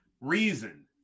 reason